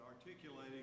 articulating